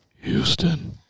Houston